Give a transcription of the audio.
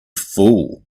fool